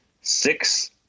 Six